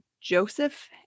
Joseph